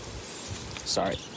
sorry